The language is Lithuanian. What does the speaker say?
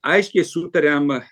aiškiai sutariam